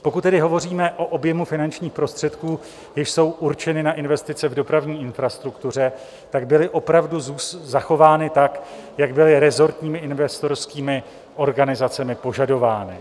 Pokud tedy hovoříme o objemu finančních prostředků, jež jsou určeny na investice v dopravní infrastruktuře, tak byly opravdu zachovány tak, jak byly resortními investorskými organizacemi požadovány.